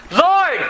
Lord